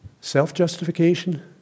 self-justification